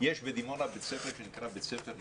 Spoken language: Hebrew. יש בדימונה בית ספר שנקרא בית ספר "נווה"